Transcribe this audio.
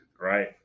right